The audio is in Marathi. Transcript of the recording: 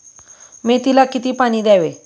मेथीला किती पाणी द्यावे?